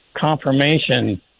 confirmation